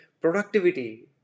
productivity